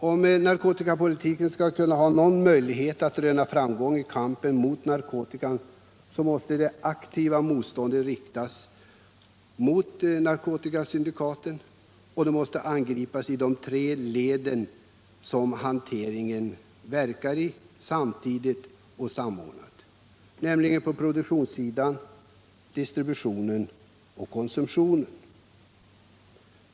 Om narkotikapolitiken skall ha någon möjlighet att röna framgång i kampen mot narkotikan med aktivt motstånd från narkotikasyndikaten måste den angripa de tre leden i narkotikahanteringen samtidigt och samordnat, nämligen produktion, distribution och konsumtion.